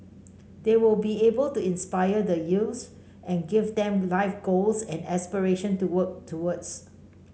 they will be able to inspire the youths and give them life goals and aspirations to work towards